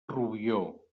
rubió